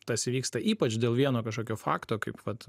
tas įvyksta ypač dėl vieno kažkokio fakto kaip vat